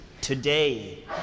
today